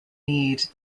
need